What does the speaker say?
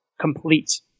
complete